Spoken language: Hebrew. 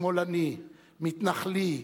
שמאלני, מתנחלי,